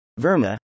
Verma